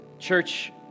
Church